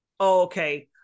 okay